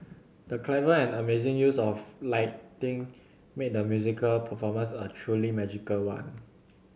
the clever and amazing use of lighting made the musical performance a truly magical one